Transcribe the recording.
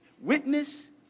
witness